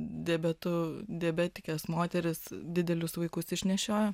diabetu diabetikės moterys didelius vaikus išnešioja